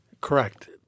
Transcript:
Correct